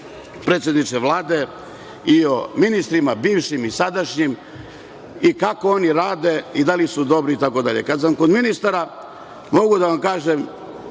predsedniče Vlade, i o ministrima bivšim i sadašnjim i kako oni rade i da li su dobri itd. Kad sam kod ministara, mogu da vam kažem